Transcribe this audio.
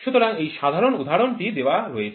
সুতরাং এই সাধারণ উদাহরণটি দেওয়া রয়েছে